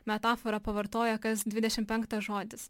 metaforą pavartoja kas dvidešim penktas žodis